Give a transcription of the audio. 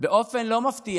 באופן לא מפתיע